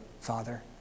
father